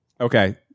Okay